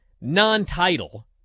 non-title